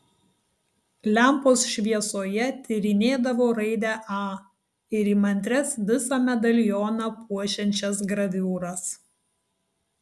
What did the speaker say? lempos šviesoje tyrinėdavo raidę a ir įmantrias visą medalioną puošiančias graviūras